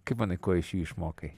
kaip manai ko iš jų išmokai